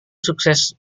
sukses